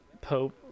Pope